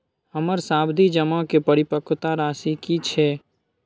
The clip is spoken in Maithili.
हमर सावधि जमा के परिपक्वता राशि की छै?